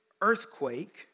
earthquake